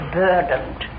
burdened